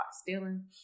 stealing